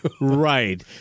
right